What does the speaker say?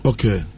Okay